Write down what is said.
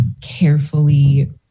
carefully